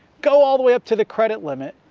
go all the way up to the credit limit,